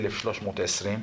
החלטה מס' 1320,